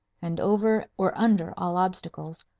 and over or under all obstacles,